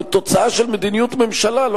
והוא תוצאה של מדיניות ממשלה,